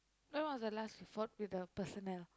when was the last you fought with the personnel